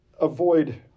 avoid